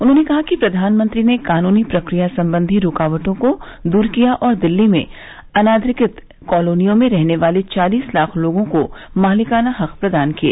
उन्होंने कहा कि प्रधानमंत्री ने कानुनी प्रक्रिया संबंधी रूकावटों को दूर किया और दिल्ली में अनधिकृत कालोनियों में रहने वाले चालीस लाख लोगों को मालिकाना हक प्रदान किए